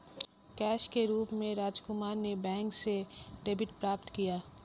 cash के रूप में राजकुमार ने बैंक से डेबिट प्राप्त किया